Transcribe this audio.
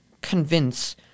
convince